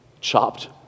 Chopped